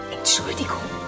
Entschuldigung